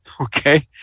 okay